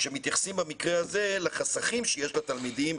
כשמתייחסים במקרה זה לחסכים שיש לתלמידים,